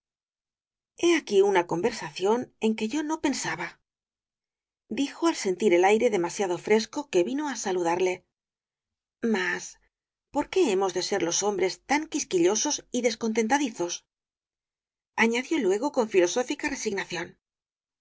pie aquí una conversación en que yo no pensaba dijo al sentir el aire demasiado fresco que vino á saludarle mas por qué hemos de ser los homrosalía de castro bres tan quisquillosos y descontentadizos añadió luego con filosófica resignación